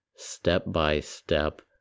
step-by-step